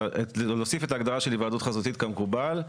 נוסיף את ההגדרה של היוועדות חזותית כמקובל.